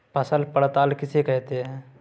फसल पड़ताल किसे कहते हैं?